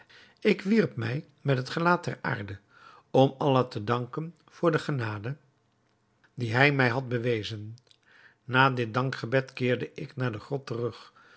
ik wierp mij met het gelaat ter aarde om allah te danken voor de genade die hij mij had bewezen na dit dankgebed keerde ik naar de grot terug